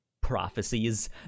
prophecies